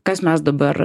kas mes dabar